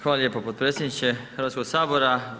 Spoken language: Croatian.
Hvala lijepo potpredsjedniče Hrvatskog sabora.